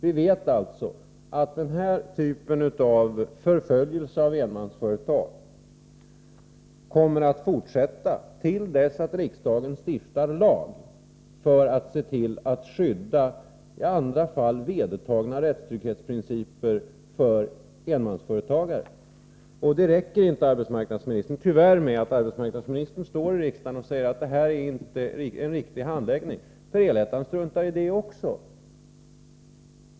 Vi vet alltså att denna typ av förföljelse av enmansföretag kommer att fortsätta till dess att riksdagen stiftar lag för att se till att skydda i andra fall vedertagna rättstrygghetsprinciper för enmansföretagare. Det räcker tyvärr inte med att arbetsmarknadsministern står i riksdagen och säger att detta inte är en riktig handläggning, för El-ettan struntar i det också.